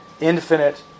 infinite